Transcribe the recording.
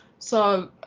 so,